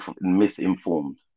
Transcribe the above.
misinformed